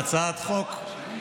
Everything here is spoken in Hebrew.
יש לנו הצעת חוק.